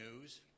news